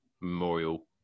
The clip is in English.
memorial